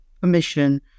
permission